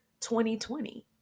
2020